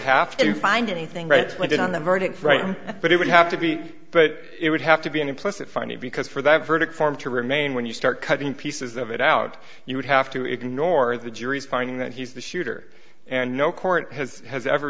have to find anything right why didn't the verdict right but it would have to be but it would have to be an implicit finding because for that verdict form to remain when you start cutting pieces of it out you would have to ignore the jury's finding that he's the shooter and no court has has ever